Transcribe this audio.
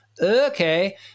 Okay